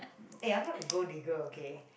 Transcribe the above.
eh I'm not a gold digger okay